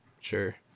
Sure